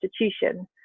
institution